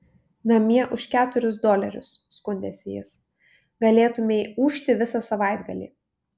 namie už keturis dolerius skundėsi jis galėtumei ūžti visą savaitgalį